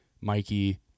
Mikey